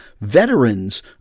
veterans